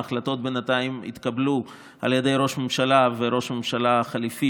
ההחלטות בינתיים התקבלו על ידי ראש הממשלה וראש הממשלה החליפי,